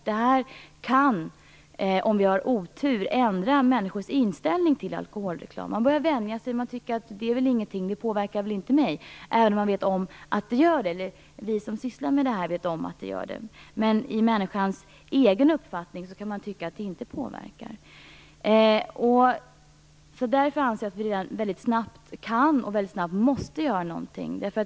Den kan, om vi har otur, ändra människors inställning till alkoholreklam. Man börjar vänja sig och tycker inte att det är någonting särskilt. Man säger: Det påverkar inte mig. Men vi som sysslar med detta vet att reklamen påverkar, även om människor själva kan tycka att den inte gör det. Jag anser att vi snabbt kan och måste göra någonting.